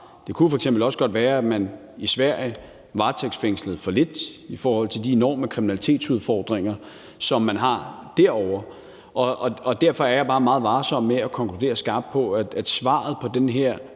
Det kunne f.eks. også godt være, at man i Sverige varetægtsfængslede for lidt i forhold til de enorme kriminalitetsudfordringer, som man har derovre. Derfor er jeg også bare meget varsom med at konkludere skarpt på, hvad der er svaret på den her